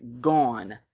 gone